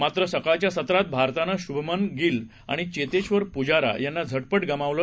मात्रसकाळच्यासत्रातभारतानंशुभमनगीलआणिचेतेश्वरपुजारायांनाझटपटगमावलं